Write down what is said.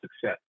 success